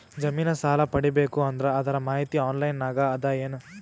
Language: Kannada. ಜಮಿನ ಸಾಲಾ ಪಡಿಬೇಕು ಅಂದ್ರ ಅದರ ಮಾಹಿತಿ ಆನ್ಲೈನ್ ನಾಗ ಅದ ಏನು?